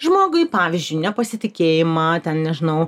žmogui pavyzdžiui nepasitikėjimą ten nežinau